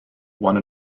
one